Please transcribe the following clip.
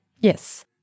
Yes